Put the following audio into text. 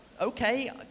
okay